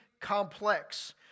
complex